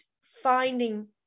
finding